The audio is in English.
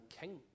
king